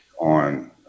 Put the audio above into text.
on